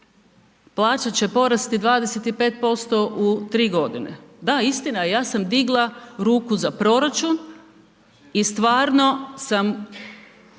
plaća će porasti 25% u tri godine. Da, istina je ja sam digla ruku za proračun i stvarno sam